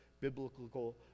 biblical